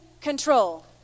control